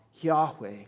Yahweh